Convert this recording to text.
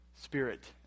spirit